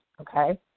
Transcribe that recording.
Okay